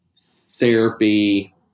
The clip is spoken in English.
therapy